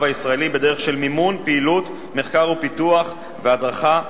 הישראלי בדרך של מימון פעילות מחקר ופיתוח והדרכה,